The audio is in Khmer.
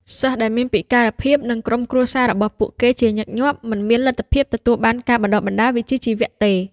សិស្សដែលមានពិការភាពនិងក្រុមគ្រួសាររបស់ពួកគេជាញឹកញាប់មិនមានលទ្ធភាពទទួលបានការបណ្តុះបណ្តាលវិជ្ជាជីវៈទេ”។